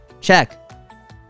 Check